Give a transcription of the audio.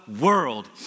world